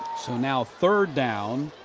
so now third down